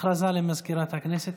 למזכירת הכנסת.